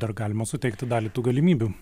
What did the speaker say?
dar galima suteikti dalį tų galimybių